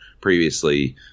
previously